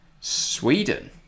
Sweden